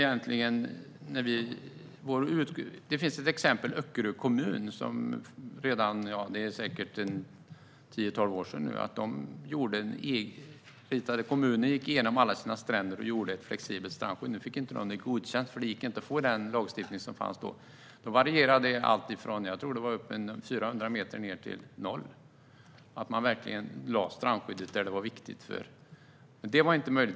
Det finns ett exempel från Öckerö kommun där man - det är säkert tio tolv år sedan nu - gick igenom alla stränder och skapade ett flexibelt strandskydd. Nu fick man inte detta godkänt, för det gick inte med den lagstiftning som fanns då, men strandskyddet varierade från 400 meter, tror jag, ned till 0 meter. Man lade verkligen strandskyddet där det var viktigt, men det var inte möjligt.